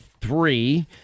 three